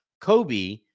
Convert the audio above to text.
Kobe